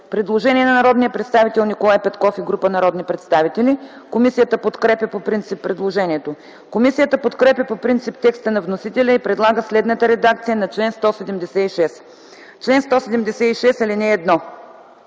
предложение на народния представител Николай Петков и група народни представители. Комисията подкрепя по принцип предложението. Комисията подкрепя по принцип текста на вносителя и предлага следната редакция на чл. 179: „Чл. 179. (1) Който